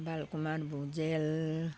बाल कुमार भुजेल